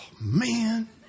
man